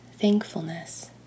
thankfulness